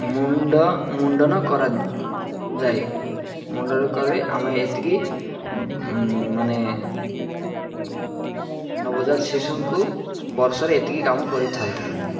ମୁଣ୍ଡ ମୁଣ୍ଡନ କରାଯାଏ ମୁଣ୍ଡନ କରି ଆମେ ଏତିକି ମାନେ ନବଜାତ ଶିଶୁଙ୍କୁ ବର୍ଷ ରେ ଏତିକି କାମ କରିଥାଉ